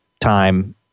time